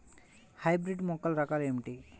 Hybrid మొక్కల రకాలు ఏమిటి?